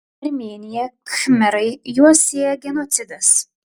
armėnija khmerai juos sieja genocidas